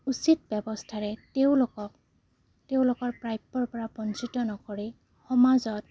উচিত ব্যৱস্থাৰে তেওঁলোকক তেওঁলোকৰ প্ৰাপ্যৰ পৰা বঞ্চিত নকৰি সমাজত